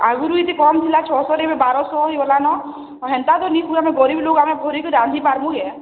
ଆଗରୁ ଏତେ କମ୍ ଥିଲା ଛଅଶହରେ ଏବେ ବାରଶହ ହେଇଗଲାନ ହେନ୍ତା ତୁ ଆମେ ଗରିବ ଲୋକ ଆମେ ଭରିକି ରାନ୍ଧି ପାରବୁ କେଁ